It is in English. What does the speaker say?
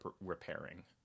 repairing